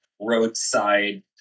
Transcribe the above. roadside